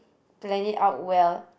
plan it out well